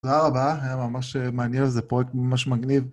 תודה רבה, היה ממש מעניין, זה פרויקט ממש מגניב.